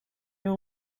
all